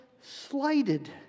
slighted